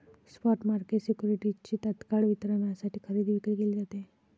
spot market सिक्युरिटीजची तत्काळ वितरणासाठी खरेदी विक्री केली जाते